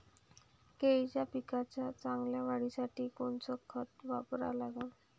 केळाच्या पिकाच्या चांगल्या वाढीसाठी कोनचं खत वापरा लागन?